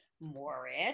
Morris